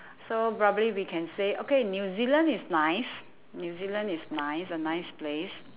so probably we can say okay new zealand is nice new zealand is nice a nice place